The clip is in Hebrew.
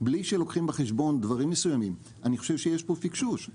בלי שלוקחים בחשבון דברים מסוימים אני חושב שיש פה פקשוש.